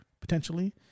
potentially